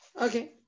Okay